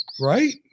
right